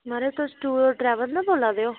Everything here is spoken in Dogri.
माराज तुस टूअर ट्रैवल दा बोल्ला दे ओ